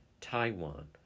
Taiwan